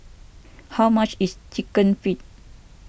how much is Chicken Feet